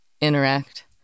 interact